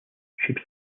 should